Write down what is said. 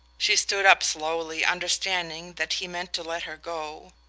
she stood up slowly, understanding that he meant to let her go.